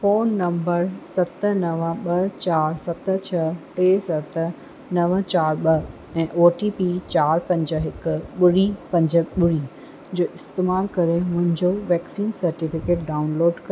phone number सत नव ॿ चारि सत छह टे सत नव चारि ॿ ऐं ओ टी पी चारि पंज हिकु ॿुड़ी पंज ॿुड़ी जो इस्तेमालु करे मुंहिंजो वैक्सीन सर्टिफिकेट डाउनलोड क